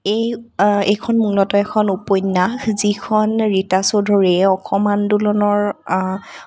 এই এইখন মূলতঃ এখন উপন্য়াস যিখন ৰীতা চৌধুৰীয়ে অসম আন্দোলনৰ